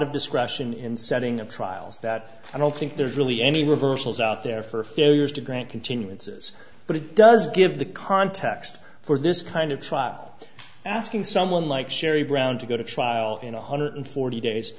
of discretion in setting up trials that i don't think there's really any reversals out there for failures to grant continuances but it does give the context for this kind of trial asking someone like sherry brown to go to trial in one hundred forty days